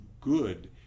good